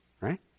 right